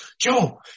Joe